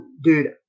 dude